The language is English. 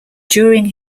during